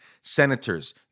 Senators